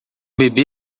bebê